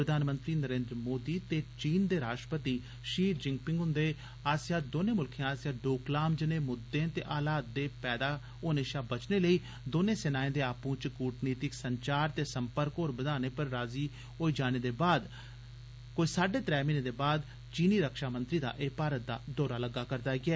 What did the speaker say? प्रधानमंत्री नरेन्द्र मोदी ते चीन दे राश्ट्रपति शि जिंपिग हुंदे ाससेआ दोनें मुल्खें आस्सेआ डोकलाम जनेए मुद्दे ते हालात दे पैदा शा बचने लेई दौनें सेनाएं दे आपु चै कूटनीतिक संचार ते संपर्क होर बघाने पर राजी होई जाने दे कोई साढ़े त्रै म्हीने बाद चीनी रक्षा मंत्री दा भारत दा दौरा लग्गा करदा ऐ